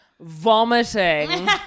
vomiting